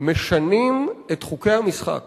משנים את חוקי המשחק